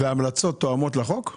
וההמלצות תואמות לחוק?